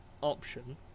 option